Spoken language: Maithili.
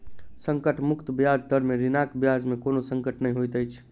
संकट मुक्त ब्याज दर में ऋणक ब्याज में कोनो संकट नै होइत अछि